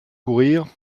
courir